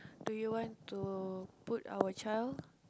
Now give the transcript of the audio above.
do you want to put our child